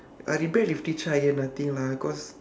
I rebel with teacher I get nothing lah cause